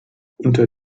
unter